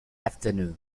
afternoon